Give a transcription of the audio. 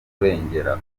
kurengera